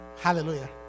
Hallelujah